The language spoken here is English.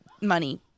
money